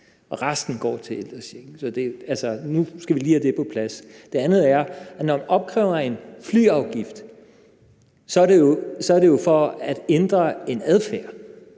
og resten går til ældrechecken. Nu skal vi lige have det på plads. Det andet er, at når man opkræver en flyafgift, er det jo for at ændre en adfærd.